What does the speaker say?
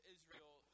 Israel